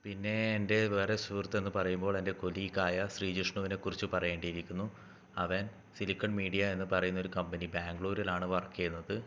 പിന്നെ എൻ്റെ വേറെ സുഹൃത്തെന്നു പറയുമ്പോൾ എൻ്റെ കൊലീഗായ ശ്രീജിഷ്ണുവിനെ കുറിച്ച് പറയേണ്ടിയിരിക്കുന്നു അവൻ സിലിക്കൺ മീഡിയ എന്ന് പറയുന്ന ഒരു കമ്പനി ബാംഗ്ലൂരിലാണ് വർക്ക് ചെയ്യുന്നത്